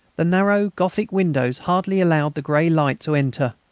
the narrow gothic windows hardly allowed the grey light to enter.